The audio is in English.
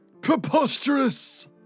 Preposterous